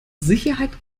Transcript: sicherheit